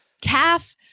calf